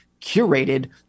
curated